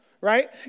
right